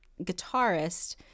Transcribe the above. guitarist